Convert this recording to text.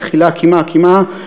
בתחילה קמעא קמעא,